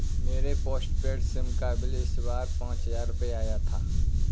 मेरे postpaid SIM का bill इस बार पाँच हजार रुपए आया था